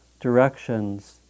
directions